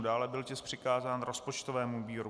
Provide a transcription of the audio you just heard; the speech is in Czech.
Dále byl tisk přikázán rozpočtovému výboru.